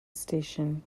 station